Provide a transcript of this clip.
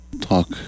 talk